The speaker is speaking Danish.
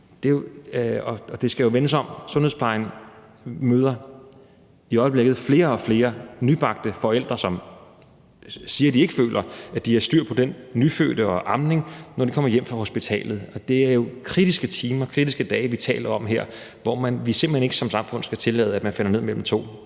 det skal jo vendes om. Sundhedsplejen møder i øjeblikket flere og flere nybagte forældre, som siger, at de ikke føler, at de har styr på den nyfødte og amning, når de kommer hjem fra hospitalet, og det er jo kritiske timer, kritiske dage, vi taler om her, hvor vi som samfund simpelt hen ikke skal tillade, at man falder ned mellem to